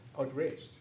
outraged